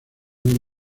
hay